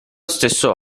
stesso